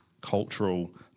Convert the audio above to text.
cultural